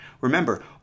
Remember